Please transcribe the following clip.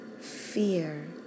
fear